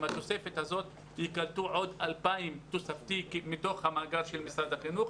עם התוספת הזאת ייקלטו עוד 2,000 תוספתי מתוך המאגר של משרד החינוך